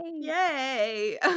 Yay